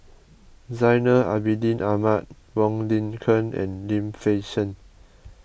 Zainal Abidin Ahmad Wong Lin Ken and Lim Fei Shen